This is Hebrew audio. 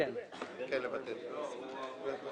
זה אחת.